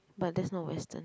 but that's not Western